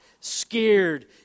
scared